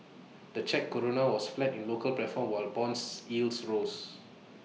the Czech Koruna was flat in local platform while Bond yields rose